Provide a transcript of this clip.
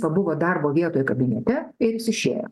pabuvo darbo vietoje kabinete ir jis išėjo